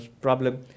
problem